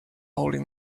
holding